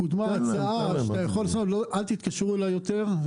קודמה הצעה שאפשר לסמן: "אל תתקשרו אליי יותר".